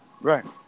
right